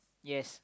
yes